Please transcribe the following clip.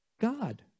God